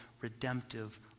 redemptive